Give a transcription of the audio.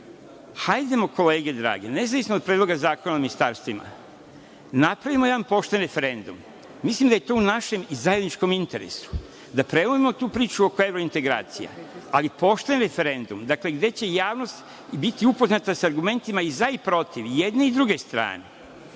hajdemo, kolege drage, nezavisno od Predloga zakona o ministarstvima, da napravimo jedan pošten referendum, mislim da je to u našem zajedničkom interesu, da prelomimo tu priču oko evrointegracija, ali pošten referendum, gde će javnost biti upoznata sa argumentima i za i protiv i jedne i druge strane,